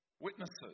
witnesses